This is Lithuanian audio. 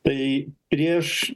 tai prieš